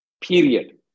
period